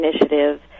Initiative